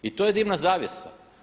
I to je dimna zavjesa.